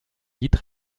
vite